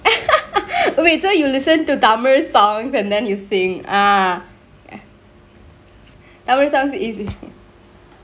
wait so you listen to tamil songks and then you singk ah tamil songks is